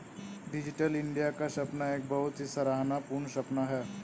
digital India का सपना एक बहुत ही सराहना पूर्ण सपना है